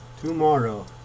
tomorrow